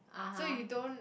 so you don't